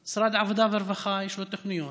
תוכניות, למשרד העבודה והרווחה יש תוכניות